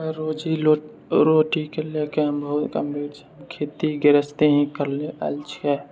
रोजी रोटीके लऽ कऽ हम बहुत गम्भीर छी खेती गृहस्थी ही करैलए आएल छिए